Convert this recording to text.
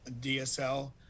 DSL